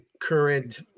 current